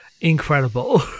Incredible